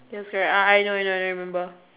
yes correct I I know I know remember